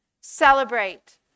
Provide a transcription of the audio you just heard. celebrate